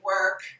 work